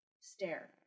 stare